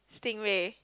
stingray